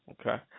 Okay